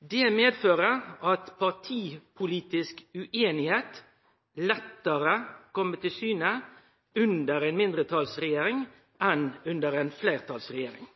Det har medført at partipolitisk ueinigheit lettare har kome til syne no under ei mindretalsregjering enn då vi hadde ei fleirtalsregjering.